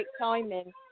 timing